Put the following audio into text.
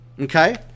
Okay